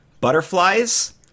Butterflies